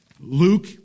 Luke